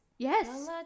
Yes